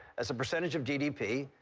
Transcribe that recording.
as a percentage of gdp,